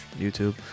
YouTube